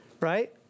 right